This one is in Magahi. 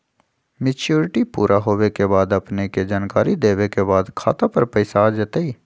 मैच्युरिटी पुरा होवे के बाद अपने के जानकारी देने के बाद खाता पर पैसा आ जतई?